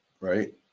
right